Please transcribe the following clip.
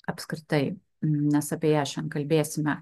apskritai nes apie ją šiandien kalbėsime